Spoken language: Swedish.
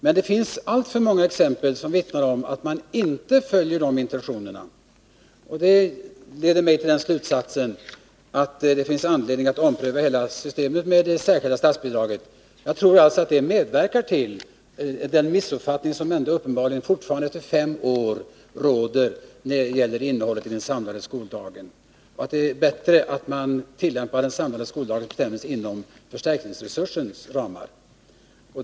Men det finns alltför många exempel som vittnar om att man inte följer dessa intentioner. Det leder mig till slutsatsen att det finns anledning att ompröva hela systemet med det särskilda statsbidraget. Jag tror det medverkar till den missuppfattning som fortfarande efter fem år råder när det gäller innehållet i den samlade skoldagen. Då är det bättre att man ordnar den samlade skoldagens fria Nr 120 aktiviteter inom förstärkningsresursens ramar.